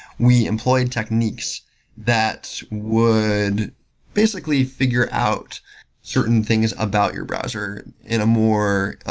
we employed techniques that would basically figure out certain things about your browser in a more